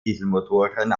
dieselmotoren